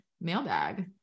mailbag